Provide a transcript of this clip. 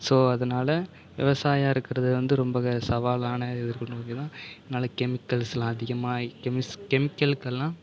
so அதனால விவசாயியாக இருக்குறது வந்து ரொம்ப சவாலான இது நோக்கிதான் அதனால கெமிக்கல்ஸெல்லாம் அதிகமாக கெம்ஸ் கெமிக்கலுக்கு எல்லாம்